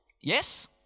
Yes